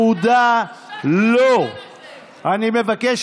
אתה לא מתבייש?